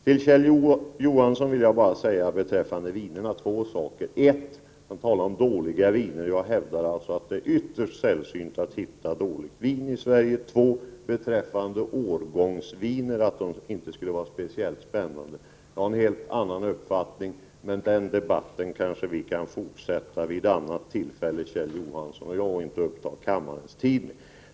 Till Kjell Johansson vill jag beträffande vinerna bara säga två saker. För det första: Kjell Johansson talade om dåliga viner. Jag hävdar att det är ytterst sällsynt med dåligt vin i Sverige. För det andra: Kjell Johansson sade att årgångsvinerna inte skulle vara speciellt spännande. Jag har en helt annan uppfattning, men den debatten kanske vi kan fortsätta vid ett annat tillfälle och inte nu uppta kammarens tid med.